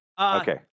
Okay